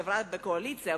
כחברה בקואליציה,